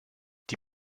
die